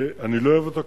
אני לא אוהב אותו,